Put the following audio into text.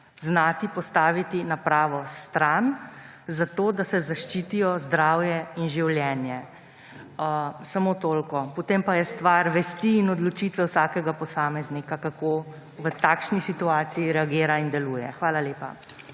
znati postaviti na pravo stran, zato da se zaščitita zdravje in življenje. Samo toliko. Potem pa je stvar vesti in odločitve vsakega posameznika, kako v takšni situaciji reagira in deluje. Hvala lepa.